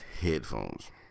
headphones